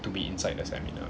to be inside the seminar